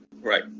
right